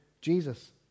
Jesus